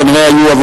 כנראה היו,